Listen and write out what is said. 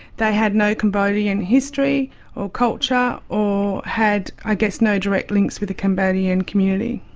they had no cambodian history or culture, or had i guess no direct links with the cambodian community.